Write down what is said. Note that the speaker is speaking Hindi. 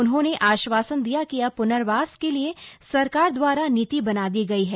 उन्होंने आश्वासन दिया कि अब पुनर्वास के लिए सरकार द्वारा नीति बना दी गई है